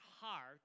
heart